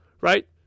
right